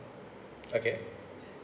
okay